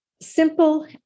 simple